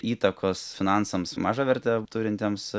įtakos finansams mažą vertę turintiems